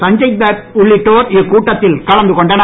சஞ்சய்தத் உள்ளிட்டோர் இக்கூட்டத்தில் கலந்து கொண்டனர்